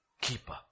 keeper